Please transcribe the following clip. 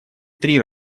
три